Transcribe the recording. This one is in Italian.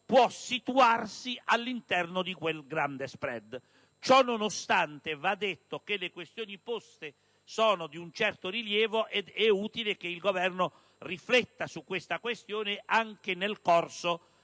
può situarsi all'interno di questo grande *spread*. Ciò nonostante, va sottolineato che le questioni poste sono di un certo rilievo ed è utile che il Governo rifletta su tale questione anche nel corso